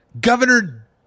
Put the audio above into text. Governor